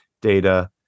data